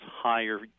higher